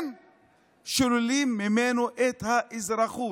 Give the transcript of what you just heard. כן שוללים ממנו את האזרחות.